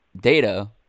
data